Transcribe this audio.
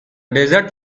desert